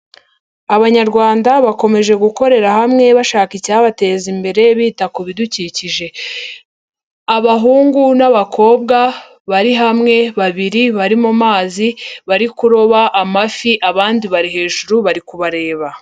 Abanyarwanda bakomeje gukorera hamwe bashaka icyabateza imbere, bita ku bidukikije. Abahungu n'abakobwa bari hamwe, babiri bari mu mazi, bari kuroba amafi, abandi bari hejuru bari kubareba.